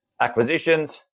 Acquisitions